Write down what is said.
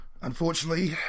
Unfortunately